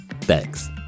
Thanks